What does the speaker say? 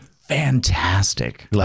fantastic